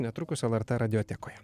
netrukus lrt radiotekoje